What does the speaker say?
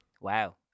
Wow